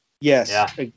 Yes